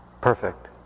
perfect